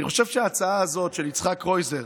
אני חושב שההצעה הזאת של יצחק קרויזר